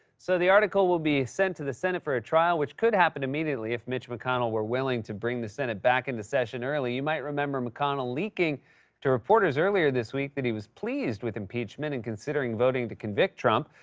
so, the article will be sent to the senate for a trial, which could happen immediately, if mitch mcconnell were willing to bring the senate back into session early. you might remember mcconnell leaking to reporters earlier this week that he was pleased with impeachment and considering voting to convict trump.